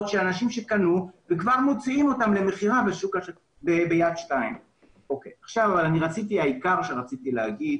של אנשים שקנו וכבר מוציאים אותן למכירה ביד 2. העיקר שרציתי לומר.